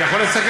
אני יכול לסכם?